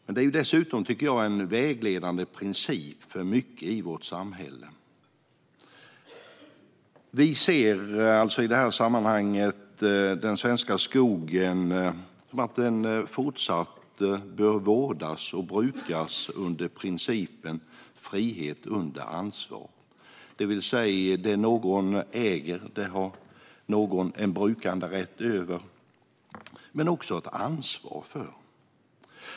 Den är dessutom en vägledande princip för mycket i vårt samhälle. Vi anser att den svenska skogen fortsatt bör vårdas och brukas enligt principen frihet under ansvar, det vill säga att det någon äger har den brukanderätt över men också ansvar för.